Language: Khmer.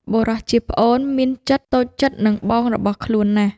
បុរសជាប្អូនមានចិត្តតូចចិត្តនឹងបងរបស់ខ្លួនណាស់។